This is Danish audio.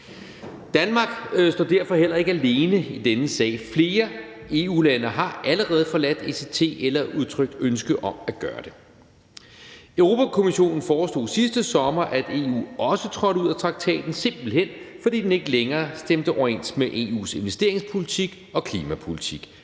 Danmark står derfor heller ikke alene i denne sag. Flere EU-lande har allerede forladt ECT eller udtrykt ønske om at gøre det. Europa-Kommissionen foreslog sidste sommer, at EU også trådte ud af traktaten, simpelt hen fordi den ikke længere stemte overens med EU's investeringspolitik og klimapolitik.